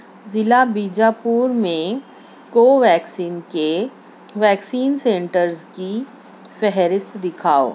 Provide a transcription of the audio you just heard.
ضلع بیجاپور میں کوویکسین کے ویکسین سینٹرس کی فہرست دکھاؤ